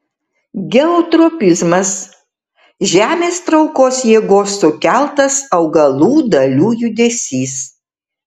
geotropizmas žemės traukos jėgos sukeltas augalų dalių judesys